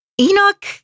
Enoch